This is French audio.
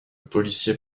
policier